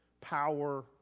power